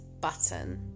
button